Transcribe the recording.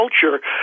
culture